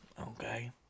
okay